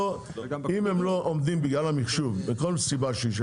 אם הם לא עומדים בגלל המחשוב או מכל סיבה שהיא,